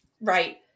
Right